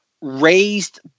raised